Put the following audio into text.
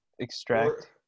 extract